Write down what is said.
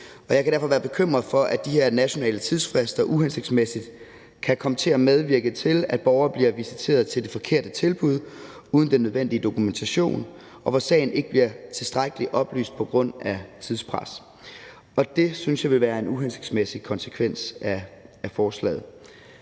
kan jeg være bekymret for, at de her nationale tidsfrister uhensigtsmæssigt kan komme til at medvirke til, at borgere bliver visiteret til det forkerte tilbud uden den nødvendige dokumentation, og at sagen ikke bliver tilstrækkeligt oplyst på grund af tidspres. Og det synes jeg vil være en uhensigtsmæssig konsekvens af forslaget.